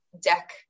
deck